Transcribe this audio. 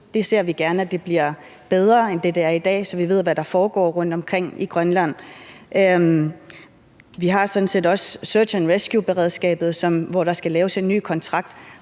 det ser vi gerne bliver bedre, end det er i dag, så vi ved, hvad der foregår rundtomkring i Grønland. Vi har sådan set også search and rescue-beredskabet, hvor der skal laves nye kontrakt,